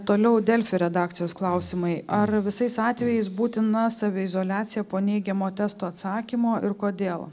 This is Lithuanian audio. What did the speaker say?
toliau delfi redakcijos klausimai ar visais atvejais būtina saviizoliacija po neigiamo testo atsakymo ir kodėl